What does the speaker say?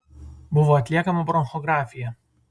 buvo atliekama bronchografija